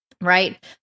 right